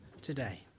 today